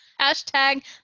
Hashtag